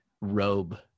robe